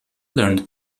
learned